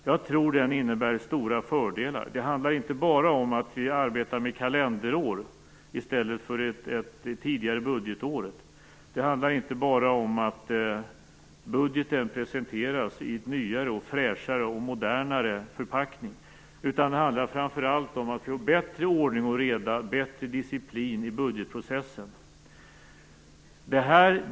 Jag tror att den innebär stora fördelar. Det handlar inte bara om att vi arbetar med kalenderår i stället för som tidigare budgetår. Det handlar inte bara om att budgeten presenteras i en nyare, fräschare och modernare förpackning, utan det handlar framför allt om att få bättre ordning och reda och bättre disciplin i budgetprocessen.